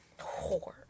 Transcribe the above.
Whore